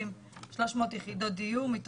כ-6,300 יחידות דיור של מחיר למשתכן,